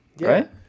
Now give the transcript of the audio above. right